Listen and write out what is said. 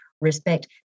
respect